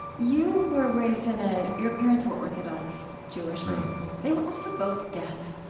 you were raised in a your parents were orthodox jewish right they were also both deaf